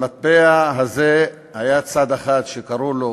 למטבע הזה היה צד אחד שקוראים לו